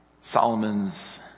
Solomon's